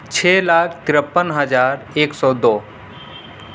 چھ لاکھ ترپن ہزار ایک سو دو